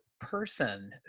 person